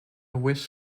wish